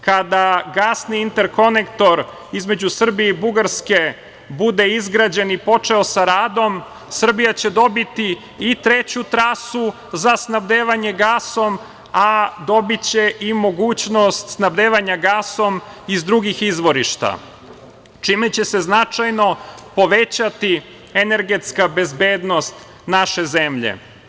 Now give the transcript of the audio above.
Kada gasni interkonektor između Srbije i Bugarske bude izgrađen i počeo sa radom Srbija će dobiti i treću trasu za snabdevanje gasom, a dobiće i mogućnost snabdevanja gasom iz drugih izvorišta, čime će se značajno povećati energetska bezbednost naše zemlje.